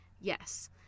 yes